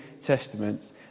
Testaments